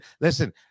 listen